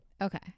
Okay